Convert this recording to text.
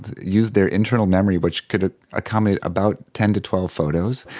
used their internal memory which could ah accommodate about ten to twelve photos.